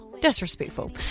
Disrespectful